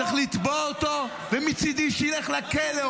צריך לתבוע אותו ומצידי שילך לכלא,